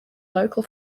local